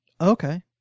Okay